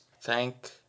Thank